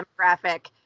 demographic